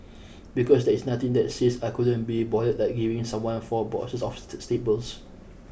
because there is nothing that says I couldn't be bothered like giving someone four boxes of staples